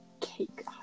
Cake